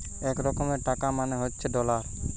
এক রকমের টাকা মানে হচ্ছে ডলার